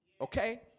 Okay